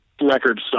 records